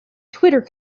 twitter